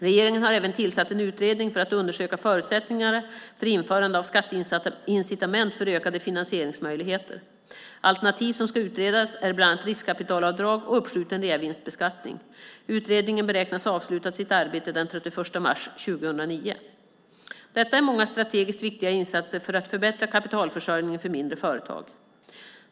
Regeringen har även tillsatt en utredning för att undersöka förutsättningarna för införande av skatteincitament för ökade finansieringsmöjligheter . Alternativ som ska utredas är bland annat riskkapitalavdrag och uppskjuten reavinstbeskattning. Utredningen beräknas avsluta sitt arbete den 31 mars 2009. Det här är många strategiskt viktiga insatser för att förbättra kapitalförsörjningen för mindre företag.